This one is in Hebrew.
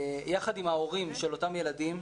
יחד עם ההורים של אותם ילדים,